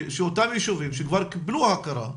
שאותם ישובים שכבר קיבלו הכרה,